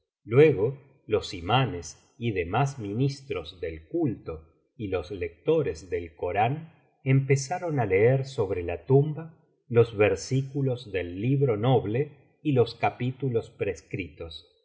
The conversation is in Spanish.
luego los imams y demás ministros del culto y los lectores del corán empezaron á leer sobre la tumba los versículos del libro noble y los capítulos prescritos